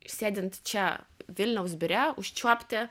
sėdint čia vilniaus biure užčiuopti